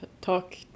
talk